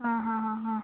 ആ ഹാ ഹാ ഹാ